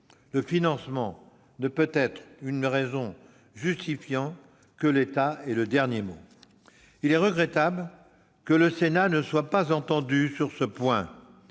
le financeur ne peut justifier que l'État ait le dernier mot. Il est regrettable que le Sénat ne soit pas entendu sur ce point,